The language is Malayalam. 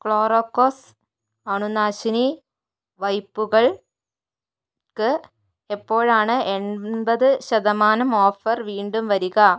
ക്ലോറോകോക്സ് അണുനാശിനി വൈപ്പുകൾ ക്ക് എപ്പോഴാണ് എൺപത് ശതമാനം ഓഫർ വീണ്ടും വരിക